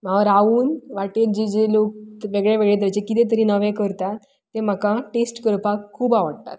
हांव रावन वाटेक जे जे लोक वेगळें वेगळें तरेंच कितें तरी नवें करतात तें म्हाका टेस्ट करपाक खूब आवडटा